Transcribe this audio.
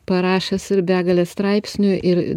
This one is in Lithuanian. parašęs ir begalę straipsnių ir